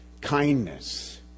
kindness